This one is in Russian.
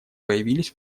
появились